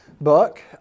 book